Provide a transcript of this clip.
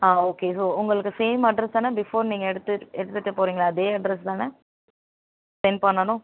ஆ okay so உங்களுக்கு same address தானே before நீங்கள் எடுத்துட் எடுத்துட்டு போறீங்களே அதே அட்ரஸ் தானே சென்ட் பண்ணனும்